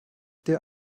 der